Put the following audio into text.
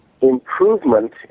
improvement